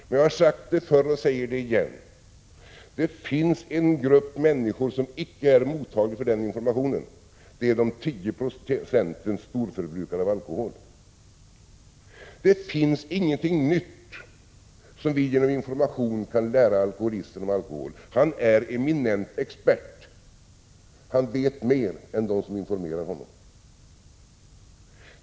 Men jag har sagt förut och säger igen: Det finns en grupp människor som inte är mottaglig för den informationen, nämligen de tio procenten storförbrukare av alkohol. Det finns ingenting nytt som vi genom information kan lära alkoholisten om alkohol. Han är eminent expert. Han vet mer än de som informerar honom.